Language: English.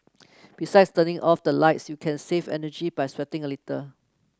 besides turning off the lights you can save energy by sweating a little